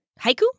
Haiku